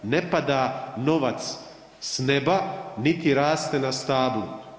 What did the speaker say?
Ne pada novac s neba, niti raste na stablu.